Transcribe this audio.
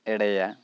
ᱮᱲᱮᱭᱟ